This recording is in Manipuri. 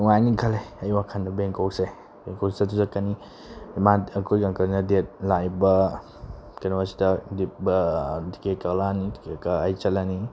ꯅꯨꯡꯉꯥꯏꯅꯤ ꯈꯜꯂꯦ ꯑꯩ ꯋꯥꯈꯜꯗ ꯕꯦꯡꯀꯣꯛꯁꯦ ꯕꯦꯡꯀꯣꯛ ꯆꯠꯁꯨ ꯆꯠꯀꯅꯤ ꯃꯥ ꯑꯩꯈꯣꯏꯒꯤ ꯑꯪꯀꯜꯅ ꯗꯦꯠ ꯂꯥꯛꯏꯕ ꯀꯩꯅꯣꯁꯤꯗ ꯇꯤꯀꯦꯠ ꯀꯛꯂꯛꯑꯅꯤ ꯇꯤꯀꯦꯠ ꯀꯛꯑꯒ ꯑꯩ ꯆꯠꯂꯅꯤ